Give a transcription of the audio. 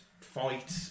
fight